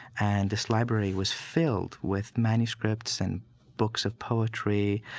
and this library was filled with manuscripts and books of poetry,